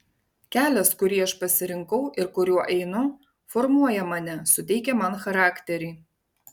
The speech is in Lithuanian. kelias kurį aš pasirinkau ir kuriuo einu formuoja mane suteikia man charakterį